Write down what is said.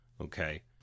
Okay